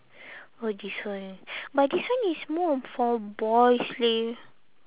oh this one but this one is more for boys leh